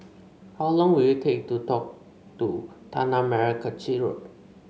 how long will it take to walk to Tanah Merah Kechil Road